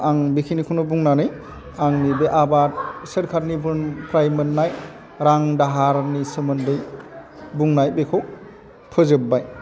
आं बेखिनिखौनो बुंनानै आंनि बे आबाद सोरकारनिफ्राय मोननाय रां दाहारनि सोमोन्दै बुंनाय बेखौ फोजोबबाय